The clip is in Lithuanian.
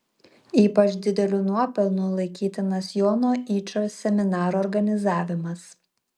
ypač dideliu nuopelnu laikytinas jono yčo seminaro organizavimas